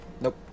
Nope